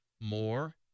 more